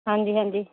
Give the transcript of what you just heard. ਹਾਂਜੀ ਹਾਂਜੀ